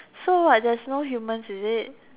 so what there's no humans is it